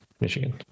Michigan